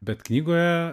bet knygoje